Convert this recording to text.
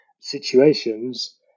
situations